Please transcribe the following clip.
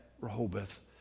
Rehoboth